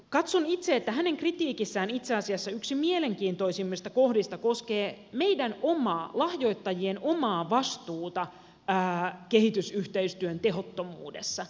katson itse että hänen kritiikissään itse asiassa yksi mielenkiintoisimmista kohdista koskee meidän omaa vastuutamme lahjoittajien omaa vastuuta kehitysyhteistyön tehottomuudessa